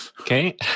Okay